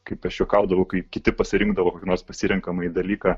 kaip aš juokaudavau kai kiti pasirinkdavo kokį nors pasirenkamąjį dalyką